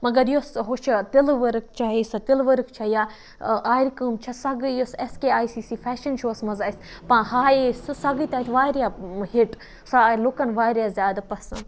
مگر یُس ہُہ چھِ تِلہٕ ؤرٕک چاہے سۄ تِلہٕ ؤرٕک چھےٚ یا آرِ کٲم چھےٚ سۄ گٔے یُس اٮ۪س K I C C fashion shows منٛز اَسہِ ہایے سُہ سۄ گٔے تَتہِ واریاہ ہِٹ سۄ آے لُکَن واریاہ زیادٕ پَسنٛد